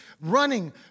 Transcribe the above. running